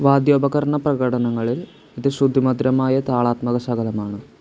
വാദ്യോപകരണ പ്രകടനങ്ങളിൽ ഇത് ശ്രുതിമധുരമായ താളാത്മക ശകലമാണ്